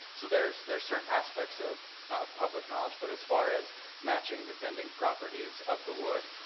so there's there's certain aspects of public knowledge but as far as matching the bending properties of the wood,